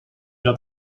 dat